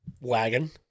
Wagon